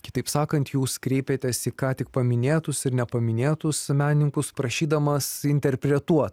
kitaip sakant jūs kreipėtės į ką tik paminėtus ir nepaminėtus menininkus prašydamas interpretuot